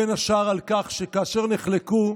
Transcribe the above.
בין השאר על כך שכאשר נחלקו,